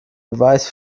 beweis